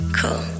cool